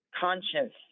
conscience